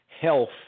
health